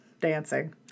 dancing